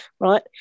Right